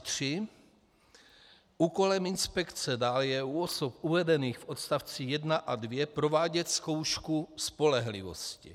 3: Úkolem inspekce dále je u osob uvedených v odst. 1 a 2 provádět zkoušku spolehlivosti.